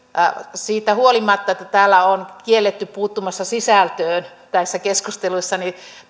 siitä huolimatta että täällä on kielletty puuttumasta sisältöön näissä keskusteluissa